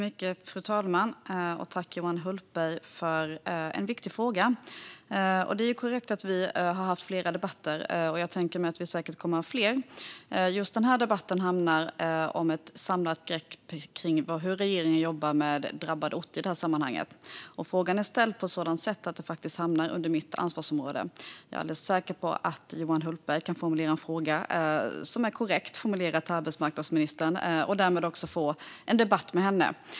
Fru talman! Tack, Johan Hultberg, för en viktig fråga! Det är korrekt att vi har haft flera debatter, och vi kommer säkert att ha fler. Just denna debatt handlar om ett samlat grepp kring hur regeringen jobbar med drabbade orter i detta sammanhang. Frågan är ställd på ett sådant sätt att den hamnar under mitt ansvarsområde. Jag är alldeles säker på att Johan Hultberg kan ställa en fråga som är korrekt formulerad till arbetsmarknadsministern och därmed få en debatt med henne.